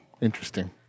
interesting